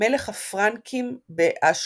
"מלך הפרנקים באשקלון",